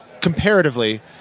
comparatively